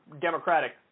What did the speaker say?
democratic